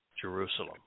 Jerusalem